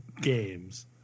games